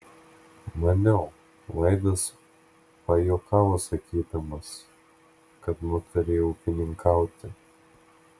maniau vaidas pajuokavo sakydamas kad nutarei ūkininkauti